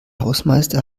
hausmeister